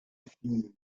filles